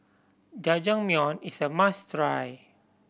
jajangmyeon is a must try